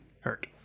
hurt